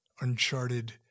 uncharted